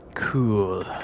Cool